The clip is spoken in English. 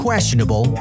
Questionable